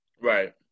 Right